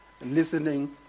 listening